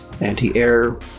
Anti-air